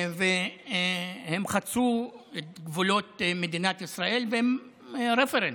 והם חצו את גבולות מדינת ישראל, והם רפרנס